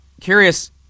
curious